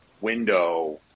window